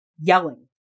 yelling